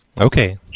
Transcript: Okay